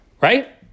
right